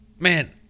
Man